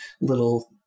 little